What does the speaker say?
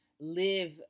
live